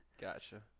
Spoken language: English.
Gotcha